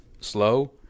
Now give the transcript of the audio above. slow